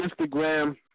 Instagram